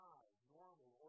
normal